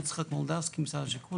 יצחק מולדבסקי, משרד השיכון.